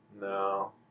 No